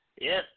Yes